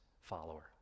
follower